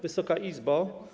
Wysoka Izbo!